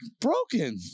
Broken